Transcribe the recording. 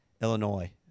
Illinois